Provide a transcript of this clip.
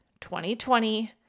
2020